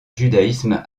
judaïsme